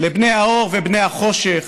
לבני האור ובני החושך,